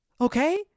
okay